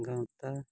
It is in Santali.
ᱜᱟᱶᱛᱟ